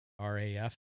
RAF